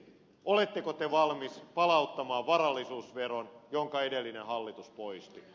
oletteko te valmis palauttamaan varallisuusveron jonka edellinen hallitus poisti